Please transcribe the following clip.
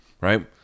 right